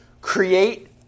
create